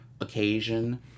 occasion